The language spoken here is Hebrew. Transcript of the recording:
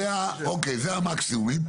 אוקיי, זה המקסימום.